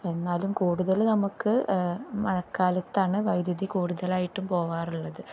എന്നാലും കൂടുതൽ നമുക്ക് മഴക്കാലത്താണ് വൈദ്യുതി കൂടുതലായിട്ടും പോവാറുള്ളത്